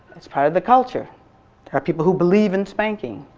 that's probably the culture. there are people who believe in spanking.